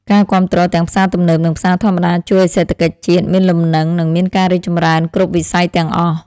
ការគាំទ្រទាំងផ្សារទំនើបនិងផ្សារធម្មតាជួយឱ្យសេដ្ឋកិច្ចជាតិមានលំនឹងនិងមានការរីកចម្រើនគ្រប់វិស័យទាំងអស់។